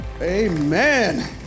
Amen